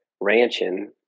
ranching